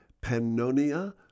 Pannonia